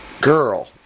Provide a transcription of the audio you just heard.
girl